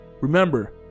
Remember